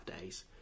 days